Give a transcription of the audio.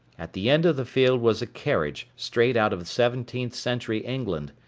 at the end of the field was a carriage straight out of seventeenth century england.